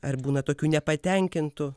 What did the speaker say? ar būna tokių nepatenkintų